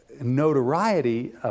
notoriety